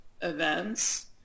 events